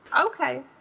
Okay